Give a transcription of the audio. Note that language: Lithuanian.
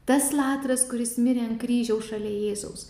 tas latras kuris mirė ant kryžiaus šalia jėzaus